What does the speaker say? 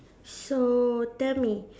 so tell me